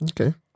Okay